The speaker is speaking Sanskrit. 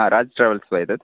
राज् ट्रावेल्स् वा एतत्